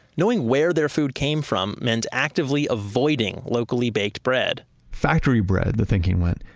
knowing where their food came from meant actively avoiding locally baked bread factory bread, the thinking went,